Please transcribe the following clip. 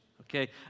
Okay